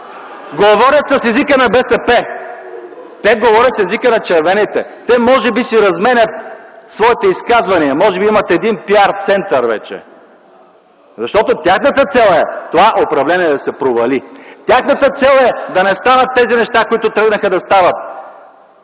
говорят с езика на БСП. Те говорят с езика на червените. Те може би си разменят своите изказвания, може би имат един пиар център вече, защото тяхната цел е това управление да се провали. Тяхната цел е да не станат тези неща, които тръгнаха да стават